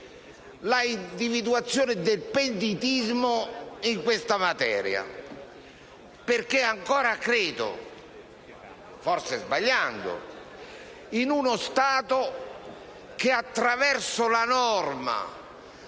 l'individuazione del pentitismo in questa materia perché credo ancora, forse sbagliando, in uno Stato che, attraverso la norma,